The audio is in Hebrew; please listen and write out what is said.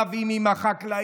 רבים עם החקלאים,